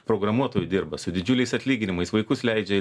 programuotojų dirba su didžiuliais atlyginimais vaikus leidžia į